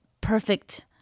perfect